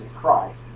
Christ